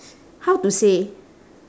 how to say